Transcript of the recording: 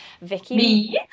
Vicky